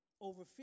Over